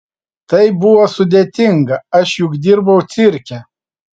tai buvo sudėtinga aš juk dirbau cirke